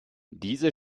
diese